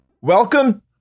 Welcome